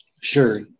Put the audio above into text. Sure